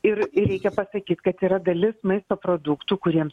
ir reikia pasakyt kad yra dalis maisto produktų kuriems